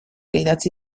idatzi